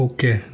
Okay